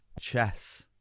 Chess